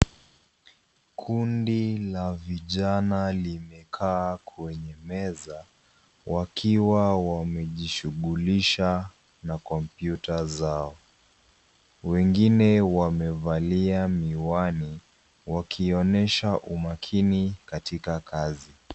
Kundi la vijana limekaa kwenye meza wakiwa wamejishughulisha na kompyuta zao. Wengine wamevalia miwani, wakionesha umakini katika kazi.